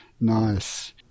Nice